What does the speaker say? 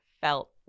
felt